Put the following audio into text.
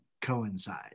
coincide